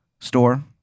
store